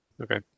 Okay